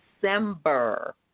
December